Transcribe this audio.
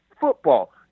football